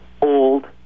Old